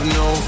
no